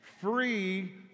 free